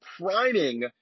priming